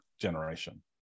generation